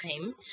time